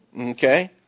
Okay